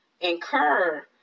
incur